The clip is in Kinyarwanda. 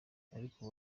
ariko